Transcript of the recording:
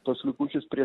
tuos likučius prie